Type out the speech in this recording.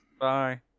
Bye